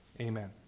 Amen